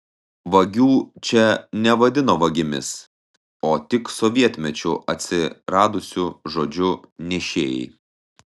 vagių čia nevadino vagimis o tik sovietmečiu atsiradusiu žodžiu nešėjai